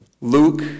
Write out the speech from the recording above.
Luke